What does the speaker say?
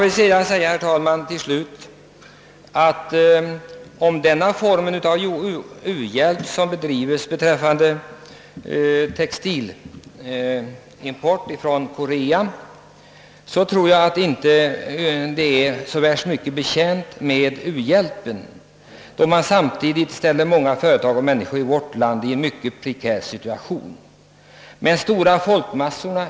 Om det skall kallas u-hjälp som bedrivs genom denna textilimport från Korea, så tror jag inte någon är betjänt av den: u-hjälpen. Man ställer många svenska företag och anställda i vårt land i en mycket prekär situation, och de stora folkmassorna .